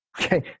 okay